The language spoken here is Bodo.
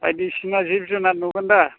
बायदिसिना जिब जुनार नुगोन दा